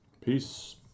Peace